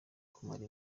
kumara